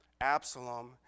Absalom